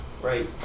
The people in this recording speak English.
Right